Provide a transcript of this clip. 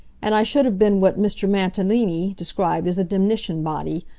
and i should have been what mr. mantalini described as a demnition body.